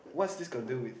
what's this got do with